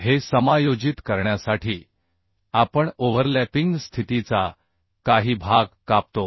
हे समायोजित करण्यासाठी आपण ओव्हरलॅपिंग स्थितीचा काही भाग कापतो